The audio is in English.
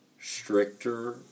stricter